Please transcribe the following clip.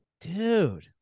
Dude